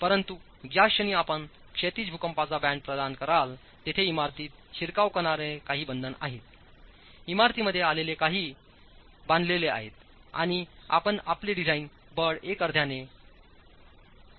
परंतु ज्याक्षणी आपण क्षैतिज भूकंपाचा बँड प्रदान कराल तेथे इमारतीत शिरकाव करणारे काही बंधन आहे इमारतीमध्ये आलेले काही बांधलेले आहे आणि आपण आपले डिझाइन बळ एका अर्ध्याने 50 टक्क्यांनी कमी करू शकता